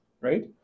right